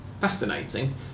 fascinating